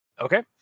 Okay